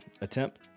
attempt